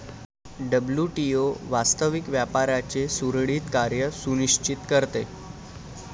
WTO वास्तविक व्यापाराचे सुरळीत कार्य सुनिश्चित करते